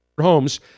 homes